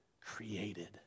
created